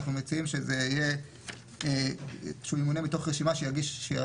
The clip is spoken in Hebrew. אנחנו מציעים שהוא ימונה מתוך רשימה שיגיש